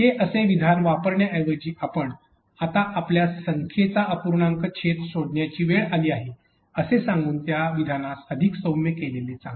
हे असे विधान वापरण्याऐवजी आपण आता आपल्यास संख्येचा अपूर्णांकांचा छेद शोधण्याची वेळ आली आहे असे सांगून त्यास विधानास अधिक सौम्य केलेले चांगले